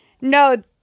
No